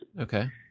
Okay